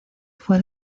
fue